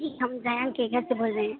ہم زین کے گھر سے بول رہے ہیں